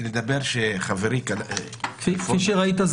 כפי שראית,